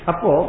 Apo